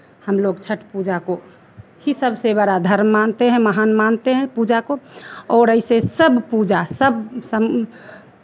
हम लोग छठ पूजा को ही सबसे बड़ा धर्म मानते हैं महान मानते हैं पूजा को और ऐसे सब पूजा सब सब